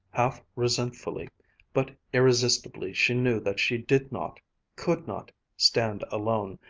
half-resentfully, but irresistibly she knew that she did not could not stand alone,